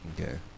Okay